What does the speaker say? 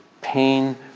pain